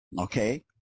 Okay